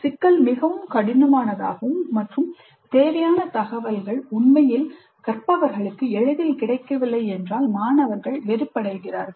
சிக்கல் மிகவும் கடினமானதாகவும் மற்றும் தேவையான தகவல்கள் உண்மையில் கற்பவர்களுக்கு எளிதில் கிடைக்கவில்லை என்றால் மாணவர்கள் வெறுப்பு அடைகிறார்கள்